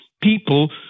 people